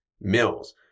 Mills